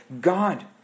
God